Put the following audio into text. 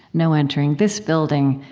no entering this building,